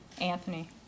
anthony